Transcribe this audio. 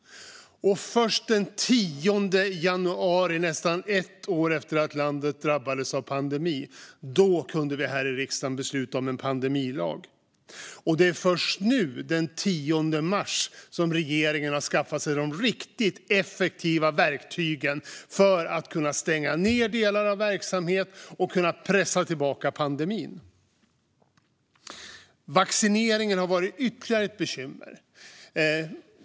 Först den 8 januari, nästan ett år efter att landet drabbades av pandemin, kunde vi här i riksdagen besluta om en pandemilag. Och det är först nu som regeringen har skaffat sig de riktigt effektiva verktygen för att kunna stänga delar av verksamheter och kunna pressa tillbaka pandemin - detta ska börja gälla i mars. Vaccineringen har varit ytterligare ett bekymmer.